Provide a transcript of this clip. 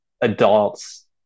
adults